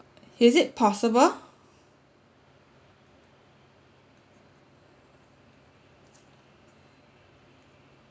is it possible